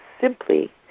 Simply